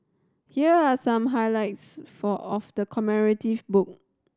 here are some highlights for of the commemorative book